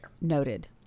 Noted